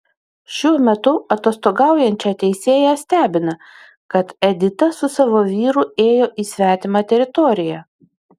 šiuo metu atostogaujančią teisėją stebina kad edita su savo vyru ėjo į svetimą teritoriją